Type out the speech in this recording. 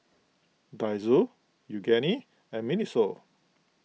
Daiso Yoogane and Miniso